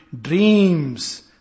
dreams